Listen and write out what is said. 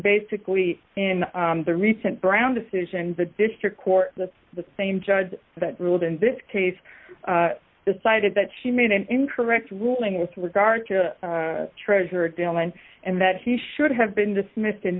basically in the recent brown decision the district court that's the same judge that ruled in this case decided that she made an incorrect ruling with regard to the treasurer deal line and that he should have been dismissed in